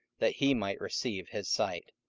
that he might receive his sight.